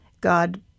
God